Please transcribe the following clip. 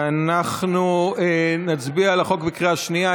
אנחנו נצביע על החוק בקריאה שנייה.